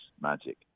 magic